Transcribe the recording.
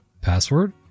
Password